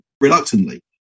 reluctantly